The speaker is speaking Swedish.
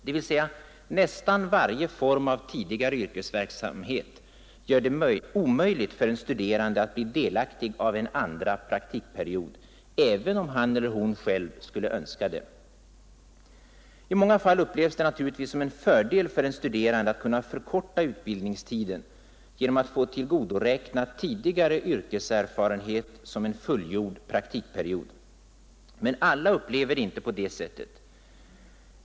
Dvs. nästan varje form av tidigare yrkesverksamhet gör det omöjligt för den studerande att bli delaktig av en andra praktikperiod, även om han eller hon skulle önska det. I många fall upplevs det naturligtvis som en fördel för den studerande att kunna förkorta utbildningstiden genom att få tillgodoräkna tidigare yrkeserfarenhet som en fullgjord praktikperiod. Men alla upplever det inte på det sättet.